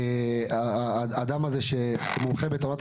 שאומר: